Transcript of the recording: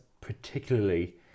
particularly